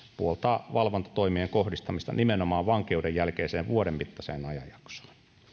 puoltaa valvontatoimien kohdistamista nimenomaan vankeuden jälkeiseen vuoden mittaiseen ajanjaksoon